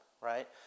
right